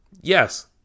yes